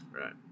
right